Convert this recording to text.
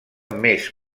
més